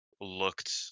looked